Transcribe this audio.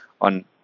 on